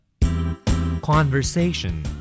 Conversation